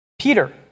Peter